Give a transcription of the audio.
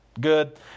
good